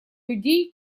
людей